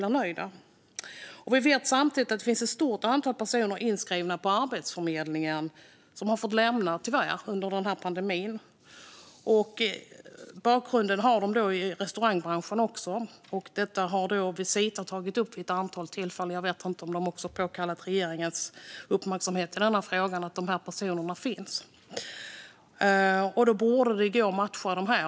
Vi vet samtidigt att det på Arbetsförmedlingen finns ett stort antal personer inskrivna som tyvärr har fått lämna sina jobb under pandemin och som har en bakgrund i restaurangbranschen. Det har Visita tagit upp vid ett antal tillfällen. Jag vet inte om de också har påkallat regeringens uppmärksamhet när det gäller att dessa personer finns. Det borde gå att matcha dem.